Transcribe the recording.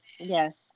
Yes